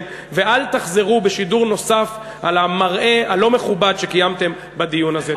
ואל תחזרו בשידור נוסף על המראה הלא-מכובד שקיימתם בדיון הזה.